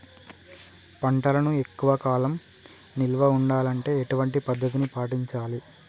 పంటలను ఎక్కువ కాలం నిల్వ ఉండాలంటే ఎటువంటి పద్ధతిని పాటించాలే?